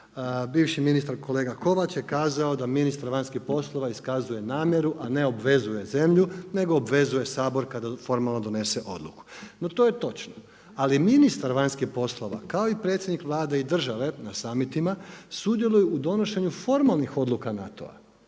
Bivši ministar kolega Kovač je kazao da ministar vanjskih poslova iskazuje namjeru a ne obvezuje zemlju nego obvezuje Sabor kada formalno donese odluku. No to je točno, ali ministar vanjskih poslova kao i predsjednik Vlade i države na samitima sudjeluje u donošenju formalnih odluka NATO-a